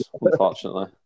unfortunately